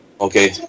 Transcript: Okay